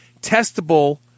testable